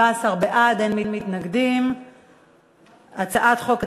תודה רבה לשר